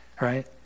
right